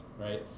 right